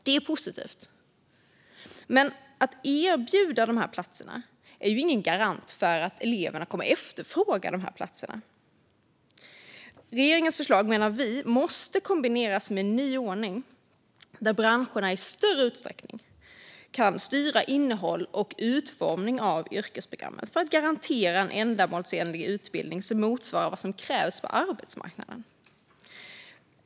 Det är positivt, men att dessa platser erbjuds är ju ingen garant för att eleverna kommer att efterfråga dem. Vi menar att regeringens förslag måste kombineras med en ny ordning där branscherna i större utsträckning kan styra innehållet i och utformningen av yrkesprogrammen för att garantera en ändamålsenlig utbildning som motsvarar vad som krävs på arbetsmarknaden.